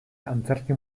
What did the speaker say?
antzerki